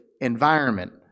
environment